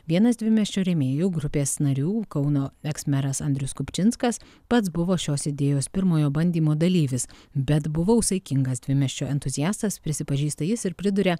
vienas dvimiesčio rėmėjų grupės narių kauno veks meras andrius kupčinskas pats buvo šios idėjos pirmojo bandymo dalyvis bet buvau saikingas dvimiesčio entuziastas prisipažįsta jis ir priduria